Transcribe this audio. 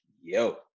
yo